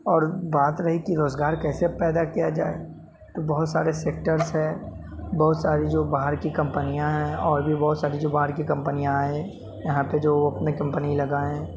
اور بات رہی کہ روزگار کیسے پیدا کیا جائے تو بہت سارے سیکٹرس ہے بہت ساری جو باہر کی کمپنیاں ہیں اور بھی بہت ساری جو باہر کی کمپنیاں ہیں یہاں پہ جو اپنی کمپنی لگائیں